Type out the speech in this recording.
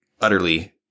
utterly